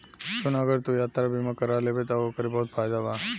सुन अगर तू यात्रा बीमा कारा लेबे त ओकर बहुत फायदा बा